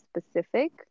specific